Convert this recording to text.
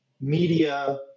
media